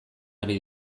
ari